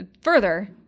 further